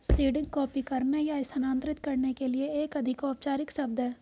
seeding copy करने या स्थानांतरित करने के लिए एक अधिक औपचारिक शब्द है